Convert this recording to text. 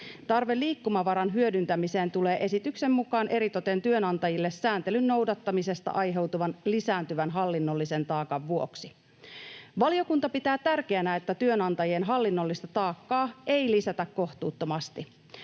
Tarve liikkumavaran hyödyntämiseen tulee esityksen mukaan eritoten työnantajille sääntelyn noudattamisesta aiheutuvan lisääntyvän hallinnollisen taakan vuoksi. Valiokunta pitää tärkeänä, että työnantajien hallinnollista taakkaa ei lisätä kohtuuttomasti.